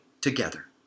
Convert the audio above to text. together